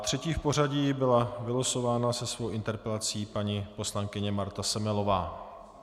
Třetí v pořadí byla vylosována se svou interpelací paní poslankyně Marta Semelová.